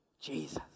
Jesus